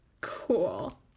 cool